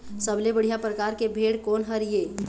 सबले बढ़िया परकार के भेड़ कोन हर ये?